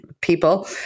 people